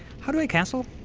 how do i cancel?